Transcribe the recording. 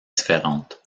différentes